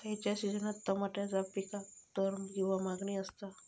खयच्या सिजनात तमात्याच्या पीकाक दर किंवा मागणी आसता?